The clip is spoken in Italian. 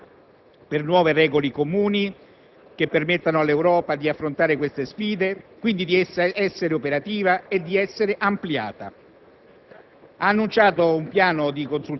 getti le basi per nuove regole comuni che permettano all'Europa di affrontare queste sfide, quindi di essere operativa e di essere ampliata.